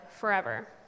forever